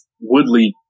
Woodley